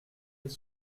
les